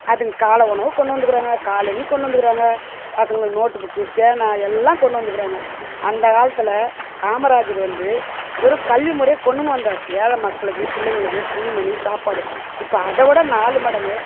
அதுங்களுக்கு காலை உணவு கொன்டுனு வந்துருக்காங்க காலனி கொண்டு வந்துருக்காங்க பசங்களுக்கு நோட்டு புக்கு பேனா எல்லாம் கொன்டுனு வந்துருக்காங்க அந்த காலத்தில் காமராஜர் வந்து வெறும் கல்வி முறையை கொன்டுனுனு வந்தார் ஏழை மக்களுக்கு பிள்ளைங்களுக்கு துணிமனி சாப்பாடு இப்போ அதை விட நாலு மடங்கு